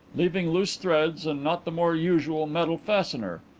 leaving loose threads and not the more usual metal fastener.